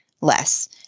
less